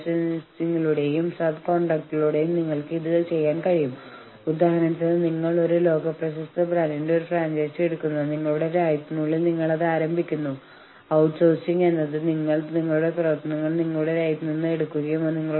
പണിമുടക്കിന്റെ സമയത്ത് നിർണായകമായ സാമഗ്രികൾ നശിപ്പിച്ചേക്കാവുന്നതുകൊണ്ട് ഉണ്ടാകുന്ന അസാധാരണമായ സാമ്പത്തിക ബുദ്ധിമുട്ടുകളിൽ നിന്ന് സ്വയം പരിരക്ഷിക്കുന്നതിന് വിലപേശൽ തടസ്സത്തിന് മുമ്പോ അതിനിടയിലോ തൊഴിലുടമ അതിന്റെ പ്രവർത്തനങ്ങൾ അവസാനിപ്പിക്കുന്നതിനെയാണ് ലോക്കൌട്ട് എന്ന് പറയുന്നത്